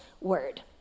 word